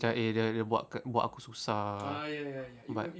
macam eh dia ada buat aku susah but